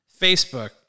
Facebook